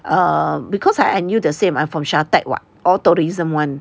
err because I knew the same I'm from SHATEC [what] all tourism [one]